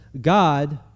God